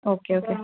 okay okay